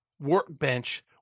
workbench